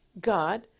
God